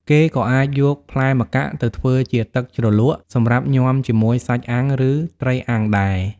គេក៏អាចយកផ្លែម្កាក់ទៅធ្វើជា ទឹកជ្រលក់ សម្រាប់ញ៉ាំជាមួយសាច់អាំង ឬត្រីអាំងដែរ។